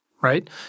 right